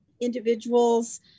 individuals